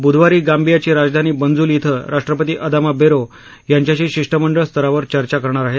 बुधवारी गाम्बियाची राजधानी बंजुल इथं राष्ट्रपती अदामा बेरो यांच्याशी शिष्टमंडळ स्तरावर चर्चा करणार आहेत